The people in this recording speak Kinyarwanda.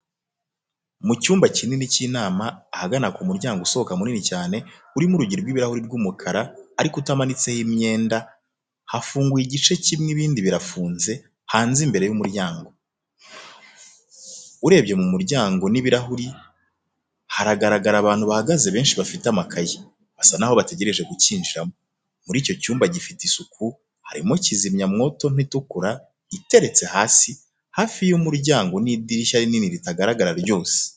Mu cyumba kinini cy'inama, ahagana ku muryango usohoka munini cyane, urimo urugi rw'ibirahuri rw'umukara, ariko utamanitsemo imyenda, hafunguye igice kimwe ibindi birafunze, hanze imbere y'umuryango. Urebeye mu muryango n'ibirahuri, haragaragara abantu bahagaze benshi bafite amakayi, basa naho bategereje kukinjiramo, muri icyo cyumba, gifite isuku, harimo kizimyamwoto nto itukura, iteretse hasi, hafi y'umuryango n'idirishya rinini ritagaragara ryose.